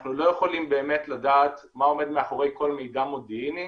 אנחנו לא יכולים באמת לדעת מה עומד מאחורי כל מידע מודיעיני,